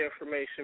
information